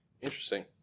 Interesting